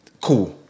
cool